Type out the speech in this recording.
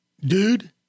dude